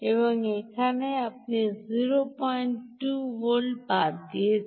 এবং এখানে আপনি 02 ভোল্ট বাদ দিয়েছেন